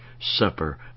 supper